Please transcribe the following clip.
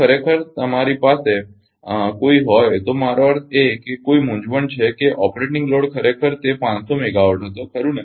ખરેખર જો તમારી પાસે કોઈ હોય તો મારો અર્થ એ છે કે કોઈ મૂંઝવણ છે કે ઓપરેટિંગ લોડ ખરેખર તે 500 મેગાવોટ હતો ખરુ ને